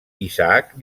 isaac